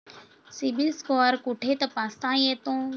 CIBIL score कुठे तपासता येतो?